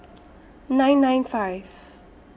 nine nine five